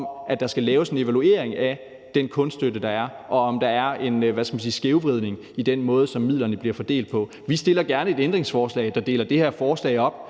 at der skal laves en evaluering af den kunststøtte, der er, og om der er en skævvridning i den måde, som midlerne bliver fordelt på. Vi stiller gerne et ændringsforslag, der deler det her forslag op,